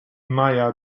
maya